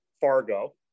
Fargo